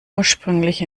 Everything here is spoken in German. ursprünglich